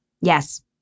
Yes